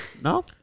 No